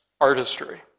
artistry